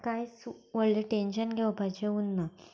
कांयच व्हडलें टेंशन घेवपाचें उरना